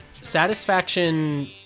satisfaction